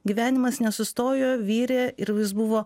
gyvenimas nesustojo virė ir jis buvo